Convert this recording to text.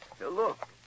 look